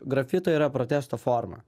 grafito yra protesto forma